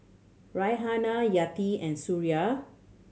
Raihana Hayati and Suria